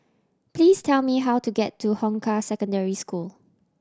please tell me how to get to Hong Kah Secondary School